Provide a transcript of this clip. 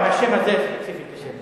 עם השם הזה ספציפית קשה לי.